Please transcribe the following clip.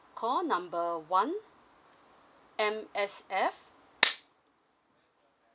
call number one M_S_F